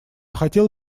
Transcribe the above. хотел